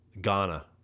Ghana